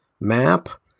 map